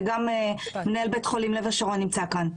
וגם מנהל בית חולים לב השרון נמצא כאן.